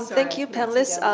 thank you, panelists.